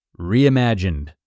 Reimagined